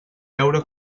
veure